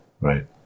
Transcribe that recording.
right